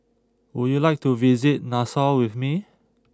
would you like to visit Nassau with me